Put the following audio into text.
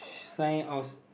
sign outs~